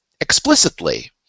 explicitly